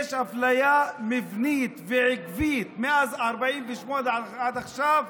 יש אפליה מבנית ועקבית מאז 48' עד עכשיו.